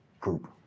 group